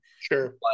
Sure